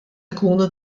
ikunu